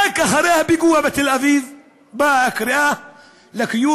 רק אחרי הפיגוע בתל-אביב באה הקריאה לקיום